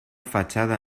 fachada